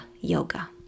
yoga